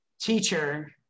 teacher